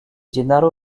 gennaro